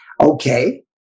okay